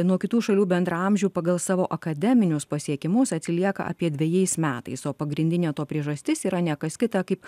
nuo kitų šalių bendraamžių pagal savo akademinius pasiekimus atsilieka apie dvejais metais o pagrindinė to priežastis yra ne kas kita kaip